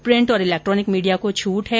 print और electronic media को छूट है